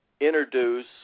introduce